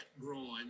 growing